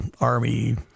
army